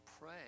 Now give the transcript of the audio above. pray